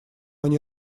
они